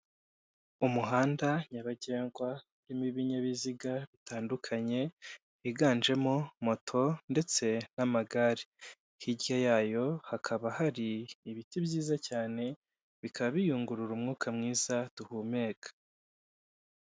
Umuhanda nyabagendwa urimo ibinyabiziga bitandukanye, byiganjemo moto ndetse n'amagare, hirya yayo hakaba hari ibiti byiza cyane, bikaba biyungurura umwuka mwiza duhumeka.